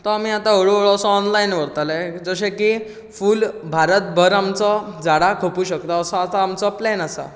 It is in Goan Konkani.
तो आमी आतां हळू हळू असो ऑनलायन व्हरतले जशे की फूल भारत भर आमचो झाडां खपूंक शकता असो आमचो आतां प्लेन आसा